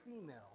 female